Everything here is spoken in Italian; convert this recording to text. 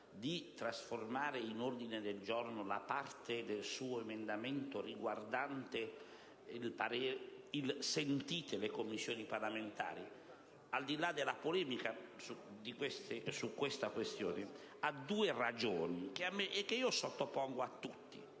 di trasformare in ordine del giorno parte del suo emendamento, quella riguardante il «sentite le competenti Commissioni parlamentari», al di là della polemica sulla questione, abbia delle ragioni, che io sottopongo a tutti.